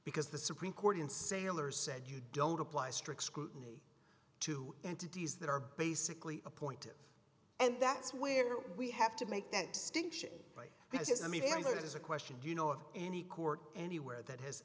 because the supreme court in sailor said you don't apply strict scrutiny to entities that are basically appointive and that's where we have to make that distinction because i mean it is a question do you know of any court anywhere that has